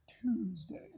Tuesday